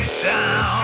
sound